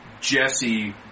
Jesse